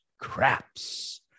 Craps